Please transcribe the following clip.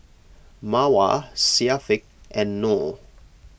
Mawar Syafiq and Noh